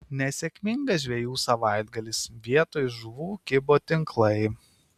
nesėkmingas žvejų savaitgalis vietoj žuvų kibo tinklai